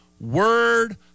word